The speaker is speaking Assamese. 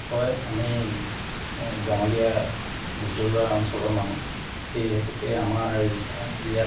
হয় আমি গাঁৱলীয়া ভিতৰুৱা অঞ্চলৰ মানুহ সেই হেতুকে আমাৰ ইয়াত